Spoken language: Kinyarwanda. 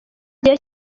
gihe